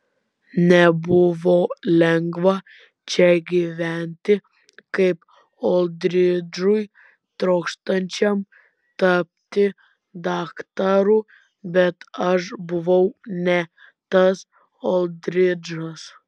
nebuvo lengva čia gyventi kaip oldridžui trokštančiam tapti daktaru bet aš buvau ne tas oldridžas